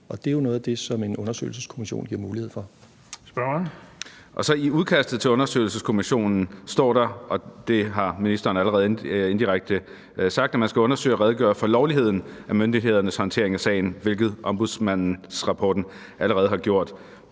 (Erling Bonnesen): Spørgeren. Kl. 15:40 Marcus Knuth (KF): I udkastet til undersøgelseskommissionen står der – og det har ministeren allerede indirekte sagt – at man skal undersøge og redegøre for lovligheden af myndighedernes håndtering af sagen, hvilket Ombudsmandens rapport allerede har gjort.